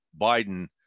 Biden